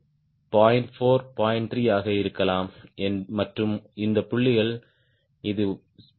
3 ஆக இருக்கலாம் மற்றும் இந்த புள்ளிகள் இது 0